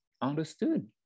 understood